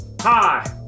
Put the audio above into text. Hi